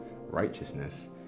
righteousness